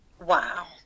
Wow